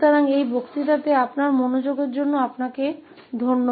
तो इस व्याख्यान के लिए बस इतना ही और आपके ध्यान के लिए धन्यवाद